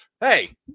Hey